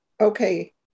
okay